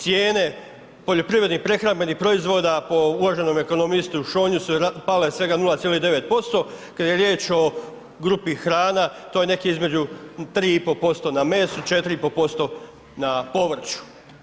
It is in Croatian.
Cijene poljoprivrednih prehrambenih proizvoda prema uvaženom ekonomistu Šonju su pale svega 0,9%, kad je riječ o grupi hrana, to je nekih između 3,5% na mesu, 4,5% na povrću.